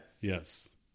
Yes